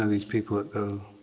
ah these people that go,